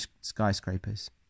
skyscrapers